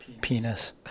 Penis